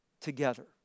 together